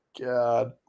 God